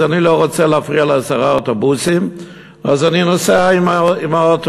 אז אני לא רוצה להפריע לעשרה אוטובוסים ואני נוסע באוטובוס.